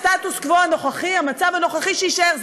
הסטטוס-קוו הנוכחי, המצב הנוכחי, שיישאר.